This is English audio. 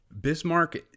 Bismarck